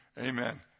Amen